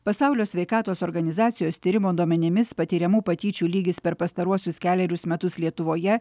pasaulio sveikatos organizacijos tyrimo duomenimis patiriamų patyčių lygis per pastaruosius kelerius metus lietuvoje